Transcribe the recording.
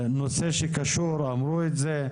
נושא שקשור, אמרו את זה,